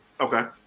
Okay